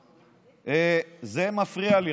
זה מפריע לי.